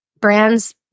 brands